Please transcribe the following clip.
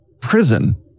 prison